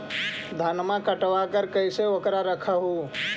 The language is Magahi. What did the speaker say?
धनमा कटबाकार कैसे उकरा रख हू?